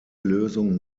lösung